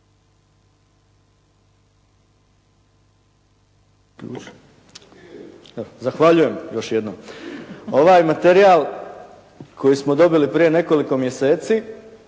Zahvaljujem još jednom. Ovaj materijal koji smo dobili prije nekoliko mjeseci